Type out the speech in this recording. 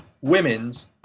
women's